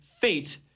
fate